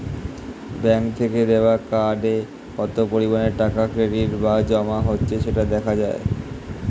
bank থেকে দেওয়া কার্ডে কত পরিমাণে টাকা ক্রেডিট বা জমা হচ্ছে সেটা দেখা যায়